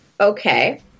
Okay